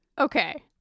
Okay